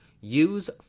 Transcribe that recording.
Use